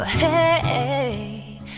hey